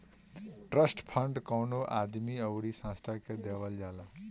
trust fund कवनो आदमी अउरी संस्था के देहल जाला